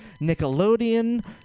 Nickelodeon